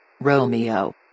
Romeo